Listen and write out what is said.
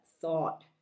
thought